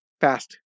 fast